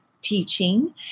teaching